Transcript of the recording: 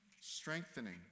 strengthening